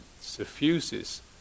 suffuses